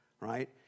right